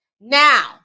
Now